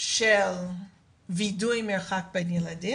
של וידוא מרחק בין ילדים,